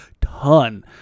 ton